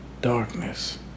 darkness